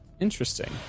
Interesting